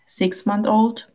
six-month-old